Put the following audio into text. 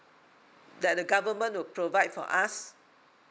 that the government will provide for us